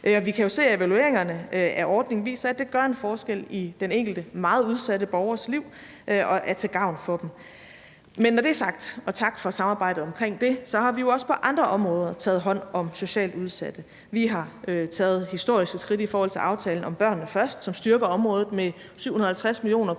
Vi kan jo se, at evalueringerne viser, at ordningen gør en forskel i den enkelte meget udsatte borgers liv og er til gavn for dem. Men når det er sagt – og tak for samarbejdet om det – har vi jo også på andre områder taget hånd om socialt udsatte. Vi har taget et historisk skridt i aftalen »Børnene Først«, som styrker området med 750 mio. kr.